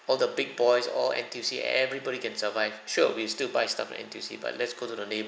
all the big boys all N_T_U_C everybody can survive sure we'll still buy stuff at N_T_U_C but let's go to the neighbourhood